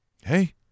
hey